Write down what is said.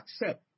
accept